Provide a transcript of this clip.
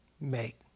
make